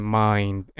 mind